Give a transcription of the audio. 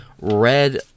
Red